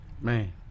Man